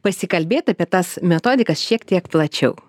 pasikalbėti apie tas metodikas šiek tiek plačiau